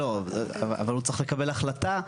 לא, אבל הוא צריך לקבל החלטה.